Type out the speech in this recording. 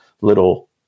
little